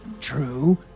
true